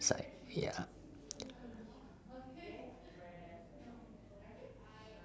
side yeah